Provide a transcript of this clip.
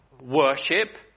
worship